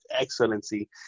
excellency